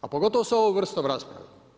A pogotovo sa ovom vrstom rasprave.